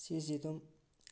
ꯁꯤꯁꯤ ꯑꯗꯨꯝ